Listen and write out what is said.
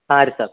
ಹಾಂ ರೀ ಸರ್